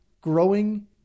growing